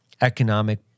economic